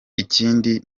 ikindi